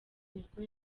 nibwo